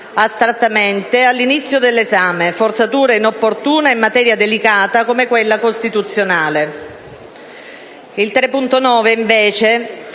astrattamente all'inizio dell'esame: una forzatura inopportuna in materia delicata come quella costituzionale.